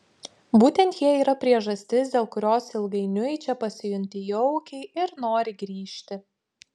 būtent jie yra priežastis dėl kurios ilgainiui čia pasijunti jaukiai ir nori grįžti